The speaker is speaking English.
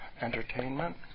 entertainment